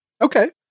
Okay